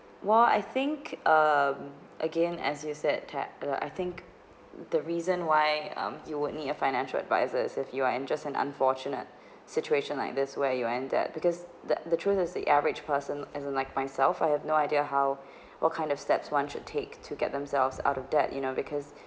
what I think um again as you said that lah I think the reason why um you would need a financial advisors if you are and just an unfortunate situation like this where you end up because that the truth is the average person as in like myself I have no idea how what kind of steps one should take to get themselves out of debt you know because